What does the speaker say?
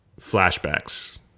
flashbacks